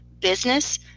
business